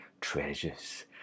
treasures